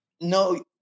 No